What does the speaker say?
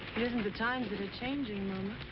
isn't the times that are changing,